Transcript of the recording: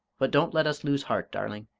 but don't let us lose heart, darling.